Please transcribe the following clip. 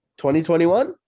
2021